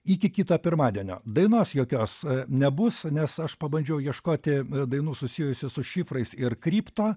iki kito pirmadienio dainos jokios nebus nes aš pabandžiau ieškoti dainų susijusių su šifrais ir kripto